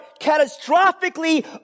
catastrophically